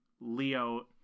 Leo